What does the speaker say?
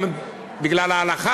גם בגלל ההלכה,